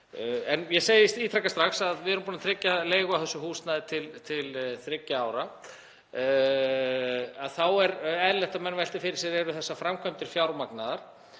Ég segi strax að við erum búin að tryggja leigu á húsnæði til þriggja ára. Þá er eðlilegt að menn velti fyrir sér: Eru þessar framkvæmdir fjármagnaðar?